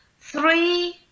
Three